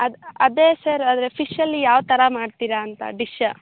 ಅದು ಅದೇ ಸರ್ ಅಂದರೆ ಫಿಶ್ಶಲ್ಲಿ ಯಾವ ಥರ ಮಾಡ್ತಿರಾ ಅಂತ ಡಿಶ್ಶ